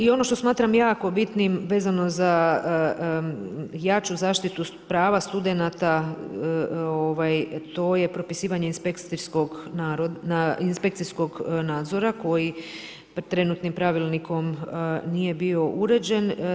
I ono što smatram jako bitnim vezanim za jaču zaštitu prava studenata, to je propisivanje inspekcijskog nadzora koji trenutnim pravilnikom nije bio uređen.